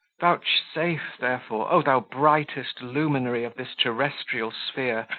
vouchsafe, therefore, o thou brightest luminary of this terrestrial sphere!